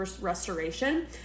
restoration